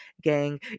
gang